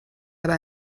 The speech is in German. aber